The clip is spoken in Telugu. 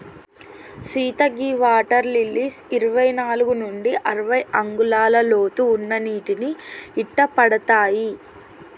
సీత గీ వాటర్ లిల్లీస్ ఇరవై నాలుగు నుండి అరవై అంగుళాల లోతు ఉన్న నీటిని ఇట్టపడతాయి